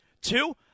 Two